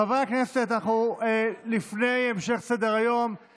חברי הכנסת, לפני המשך סדר-היום אנחנו